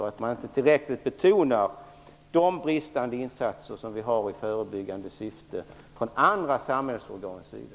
Man betonar inte tillräckligt de bristande insatser som görs i förebyggande syfte från andra samhällsorgans sida.